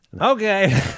Okay